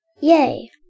Yay